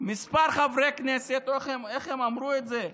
כמה חברי כנסת, איך הם אמרו את זה?